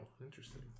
Interesting